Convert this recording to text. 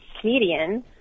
comedian